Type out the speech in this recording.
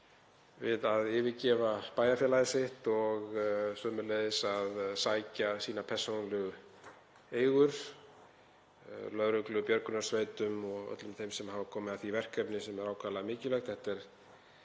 við að yfirgefa bæjarfélagið sitt og sömuleiðis að sækja sína persónulegu eigur, lögreglu- og björgunarsveitum og öllum þeim sem hafa komið að því verkefni sem er ákaflega mikilvægt.